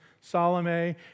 Salome